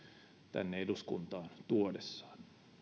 tänne eduskuntaan tuodessaan